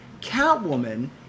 Catwoman